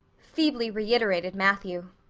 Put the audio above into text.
feebly reiterated matthew.